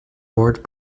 bored